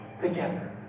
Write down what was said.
Together